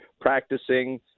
practicing